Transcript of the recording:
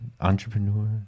entrepreneur